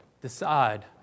decide